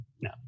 No